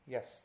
Yes